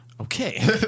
Okay